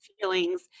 feelings